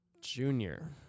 junior